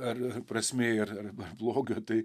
ar prasmė ir blogio tai